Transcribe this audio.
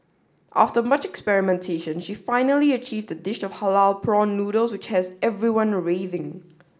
after much experimentation she finally achieved a dish of halal prawn noodles which has everyone raving